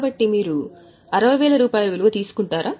కాబట్టి మీరు 60000 విలువ తీసుకుంటారా